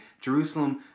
Jerusalem